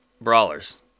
Brawlers